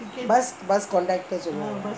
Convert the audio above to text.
bus bus conductor சொல்வாங்களா:solvaangalaa